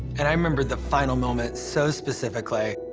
and i remember the final moment so specifically.